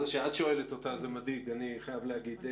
זה שאת שואלת אותה זה מדאיג, אני חייב להגיד.